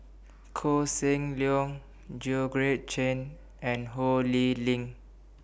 Koh Seng Leong Chen and Ho Lee Ling